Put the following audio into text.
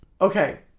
Okay